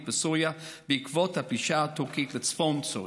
בסוריה בעקבות הפלישה הטורקית לצפון סוריה.